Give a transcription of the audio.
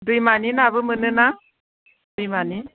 दैमानि नाबो मोनो ना दैमानि